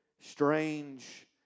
strange